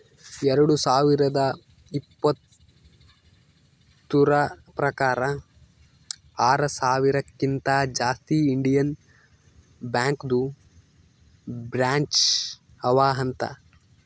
ಎರಡು ಸಾವಿರದ ಇಪ್ಪತುರ್ ಪ್ರಕಾರ್ ಆರ ಸಾವಿರಕಿಂತಾ ಜಾಸ್ತಿ ಇಂಡಿಯನ್ ಬ್ಯಾಂಕ್ದು ಬ್ರ್ಯಾಂಚ್ ಅವಾ ಅಂತ್